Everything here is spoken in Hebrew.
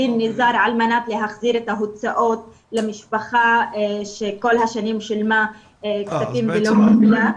ניזאר על מנת להחזיר את ההוצאות למשפחה שכל השנים שילמה כספים ולא קיבלה.